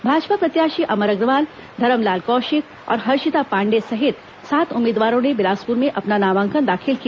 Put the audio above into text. भाजपा प्रत्याशी अमर अग्रवाल धरमलाल कौशिक और हर्षिता पांडेय सहित सात उम्मीदवारों ने बिलासपुर में अपना नामांकन दाखिल किया